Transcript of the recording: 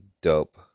dope